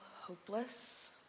hopeless